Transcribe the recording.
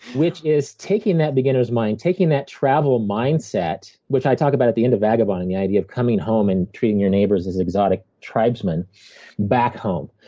which is taking that beginner's mind, taking that travel mindset, which i talk about at the end of vagabonding, the idea of coming home and treating your neighbors as exotic tribesmen back home.